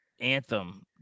anthem